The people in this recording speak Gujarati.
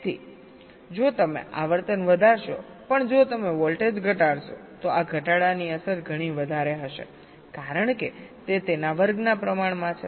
તેથી જો તમે આવર્તન વધારશો પણ જો તમે વોલ્ટેજ ઘટાડશો તો આ ઘટાડાની અસર ઘણી વધારે હશે કારણ કે તે તેના વર્ગના પ્રમાણમાં છે